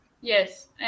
Yes